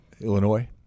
Illinois